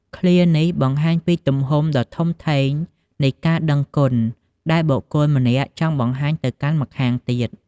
ឃ្លានេះបង្ហាញពីទំហំដ៏ធំធេងនៃការដឹងគុណដែលបុគ្គលម្នាក់ចង់បង្ហាញទៅកាន់ម្ខាងទៀត។